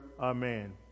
Amen